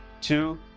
Two